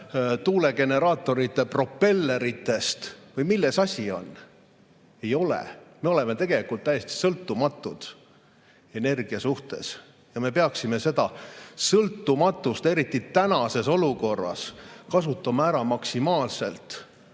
tuulegeneraatorite propelleritest või milles asi on? Me oleme tegelikult täiesti sõltumatud energia [seisukohalt] ja me peaksime seda sõltumatust eriti tänases olukorras maksimaalselt